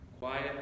quiet